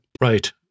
Right